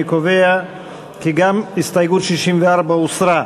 אני קובע כי גם הסתייגות 64 הוסרה.